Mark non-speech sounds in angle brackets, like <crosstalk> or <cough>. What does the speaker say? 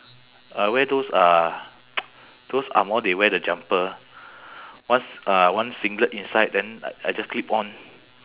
I wear those uh <noise> those angmoh they wear the jumper one s~ uh one singlet inside then I just clip on